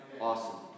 Awesome